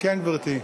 כן, גברתי.